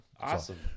Awesome